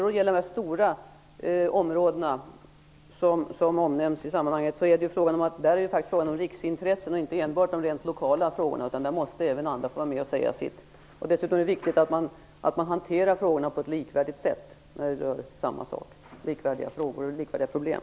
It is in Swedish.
De stora områden som har nämnts i sammanhanget är av riksintresse. Det är inte enbart lokala frågor. Där måste även andra få vara med och säga sitt. Det är viktigt att hantera frågorna på ett likvärdigt sätt -- likvärdiga frågor och likvärdiga problem.